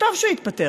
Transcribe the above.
וטוב שהוא התפטר,